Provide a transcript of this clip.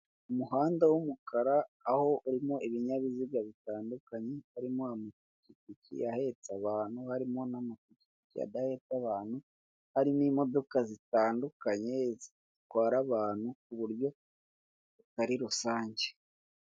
Umuhanda w'umukara aho urimo ibinyabiziga bitandukanye, harimo amapikipiki ahetse abantu, harimo n'amapikipiki adahetse abantu, harimo imodoka zitandukanye zitwara abantu ku buryo ari rusange.